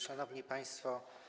Szanowni Państwo!